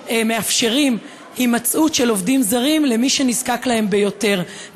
מאפשרים הימצאות של עובדים זרים למי שנזקק להם ביותר,